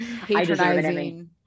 patronizing